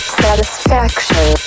satisfaction